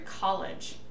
college